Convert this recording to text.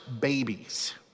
babies